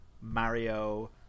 Mario